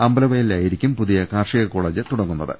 അമ്പ ലവയലിലായിരിക്കും പുതിയ കാർഷിക കോളേജ് തുടങ്ങു ന്നത്